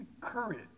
courage